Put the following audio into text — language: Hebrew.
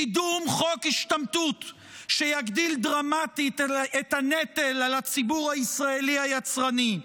קידום חוק השתמטות שיגדיל דרמטית את הנטל על הציבור הישראלי היצרני,